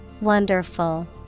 Wonderful